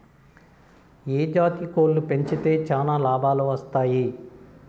ఏ జాతి కోళ్లు పెంచితే చానా లాభాలు వస్తాయి?